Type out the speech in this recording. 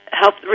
help